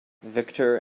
victor